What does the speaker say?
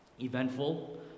eventful